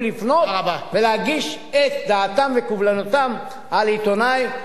לפנות ולהגיש את דעתם וקובלנתם על עיתונאי,